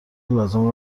لازم